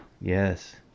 yes